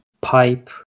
pipe